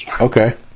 okay